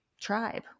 tribe